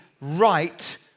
right